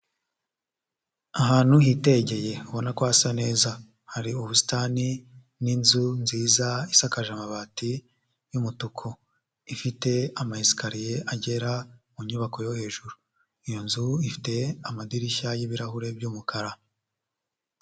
Ahantu hitegeye ubona ko hasa neza hari ubusitani n'inzu nziza isakaje amabati y'umutuku, ifite amasikariya agera mu nyubako yo hejuru, iyo nzu ifite amadirishya y'ibirahure by'umukara.